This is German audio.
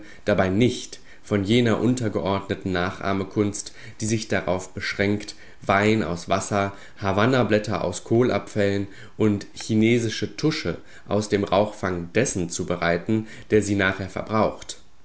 dabei nicht von jener untergeordneten nachahmekunst die sich darauf beschränkt wein aus wasser havannablätter aus kohlabfällen und chinesische tusche aus dem rauchfang dessen zu bereiten der sie nachher verbraucht